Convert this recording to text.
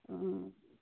हूँ